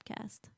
podcast